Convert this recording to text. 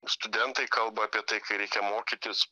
studentai kalba apie tai kai reikia mokytis